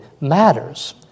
matters